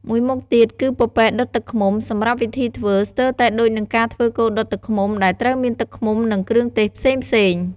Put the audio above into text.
មួយមុខទៀត គឺពពែដុតទឹកឃ្មុំ សម្រាប់វិធីធ្វើ ស្ទើរតែដូចនឹងការធ្វើគោដុតទឹកឃ្មុំ ដែលត្រូវមានទឹកឃ្មុំ និងគ្រឿងទេសផ្សេងៗ។